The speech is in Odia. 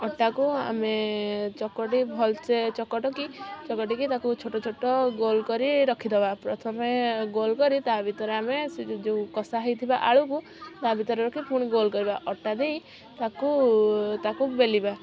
ଅଟାକୁ ଆମେ ଚକଟି ଭଲସେ ଚକଟିକି ଚକଟିକି ତାକୁ ଛୋଟ ଛୋଟ ଗୋଲ କରି ରଖି ଦେବା ପ୍ରଥମେ ଗୋଲ କରି ତା ଭିତରେ ଆମେ ସେ ଯେଉଁ କଷା ହେଇଥିବା ଆଳୁକୁ ତା ଭିତରେ ରଖି ପୁଣି ଗୋଲ କରିବା ଅଟା ଦେଇ ତାକୁ ତାକୁ ବେଲିବା